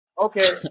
Okay